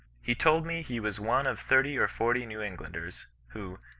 he told me he was one of thirty or forty new englanders, who,